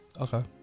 Okay